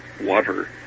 water